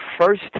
first